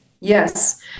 Yes